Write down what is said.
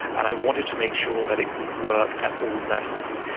and i wanted to make sure that it would work at all levels.